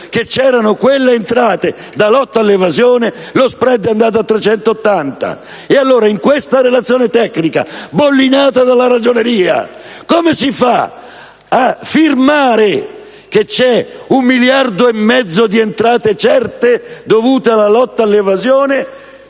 che c'erano quelle entrate da lotta all'evasione lo *spread* è andato a 380. E allora in questa relazione tecnica bollinata dalla Ragioneria come si fa a firmare che ci sono un miliardo e mezzo di entrate certe dovute alla lotta all'evasione?